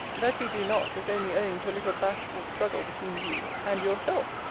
that you do not, is only owing to a little bashful struggle between you and yourself,